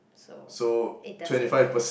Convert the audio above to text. so it doesn't h~